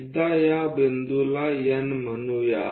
एकदा या बिंदूला N म्हणूया